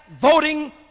voting